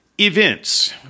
events